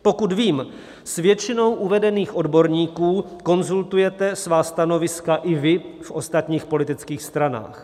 Pokud vím, s většinou z uvedených odborníků konzultujete svá stanoviska i vy v ostatních politických stranách.